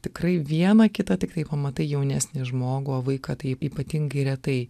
tikrai vieną kitą tiktai pamatai jaunesnį žmogų o vaiką tai ypatingai retai